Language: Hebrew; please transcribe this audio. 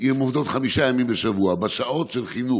אם הן עובדות חמישה ימים בשבוע, בשעות של חינוך,